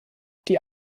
die